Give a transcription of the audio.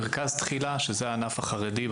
מרכז תחילה שזה הענף החרדי,